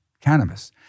cannabis